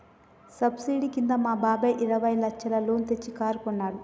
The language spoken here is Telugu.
సబ్సిడీ కింద మా బాబాయ్ ఇరవై లచ్చల లోన్ తెచ్చి కారు కొన్నాడు